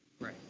Right